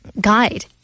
guide